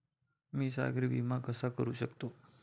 मी सागरी विमा कसा करू शकतो?